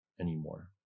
anymore